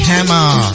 Hammer